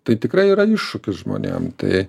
tai tikrai yra iššūkis žmonėm tai